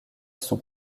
sont